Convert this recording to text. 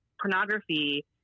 pornography